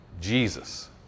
Jesus